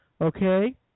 Okay